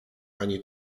ani